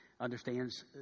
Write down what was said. understands